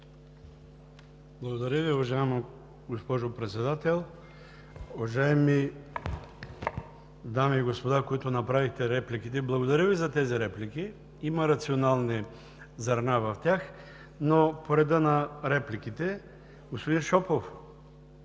Благодаря Ви, уважаема госпожо Председател. Уважаеми дами и господа, които направихте репликите – благодаря! Има рационални зърна в тях, но по реда на репликите. Господин Шопов,